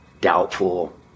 doubtful